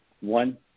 one